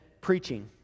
preaching